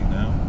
now